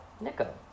Nico